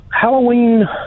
Halloween